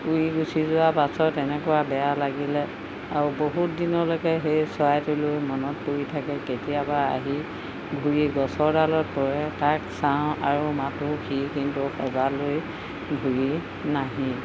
উৰি গুচি যোৱা পাছত এনেকুৱা বেয়া লাগিলে আৰু বহুত দিনলৈকে সেই চৰাইটো লৈ মনত পৰি থাকে কেতিয়াবা আহি ঘূৰি গছৰ ডালত পৰে তাক চাওঁ আৰু মাতো সি কিন্তু এবাৰলৈ ঘূৰি নাহিল